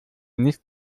nicht